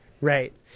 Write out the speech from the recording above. Right